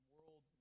World